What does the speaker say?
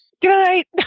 Goodnight